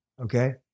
Okay